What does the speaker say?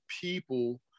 people